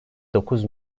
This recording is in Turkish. dokuz